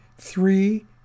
three